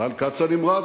ישראל כץ הנמרץ.